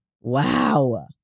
Wow